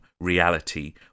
reality